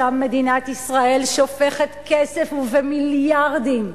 שם מדינת ישראל שופכת כסף, ובמיליארדים.